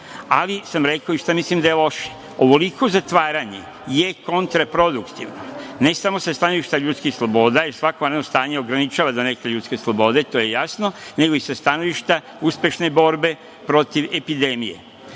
ali sam rekao i šta mislim da je loše, ovoliko zatvaranje je kontraproduktivno, ne samo sa stanovišta ljudskih sloboda i svako ono stanje ograničava za neke ljudske slobode, to je jasno, nego i sa stanovišta uspešne borbe protiv epidemije.